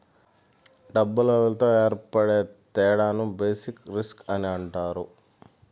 డబ్బులతో ఏర్పడే తేడాను బేసిక్ రిస్క్ అని అంటారు